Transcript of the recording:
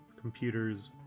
computers